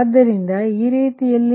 ಆದ್ದರಿಂದ ಅದು ಇಲ್ಲಿಗೆ ಬರುತ್ತದೆ